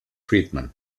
friedman